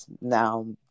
now